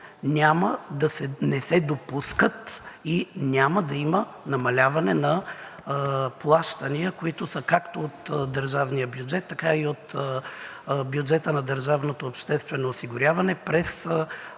заявя, че не се допускат и няма да има намаляване на плащания, които са както от държавния бюджет, така и от бюджета на държавното обществено осигуряване през